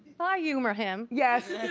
i humor him. yes,